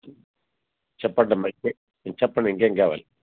చెప్పడమ్మా చెప్పండి ఇంకా ఏమి కావాలి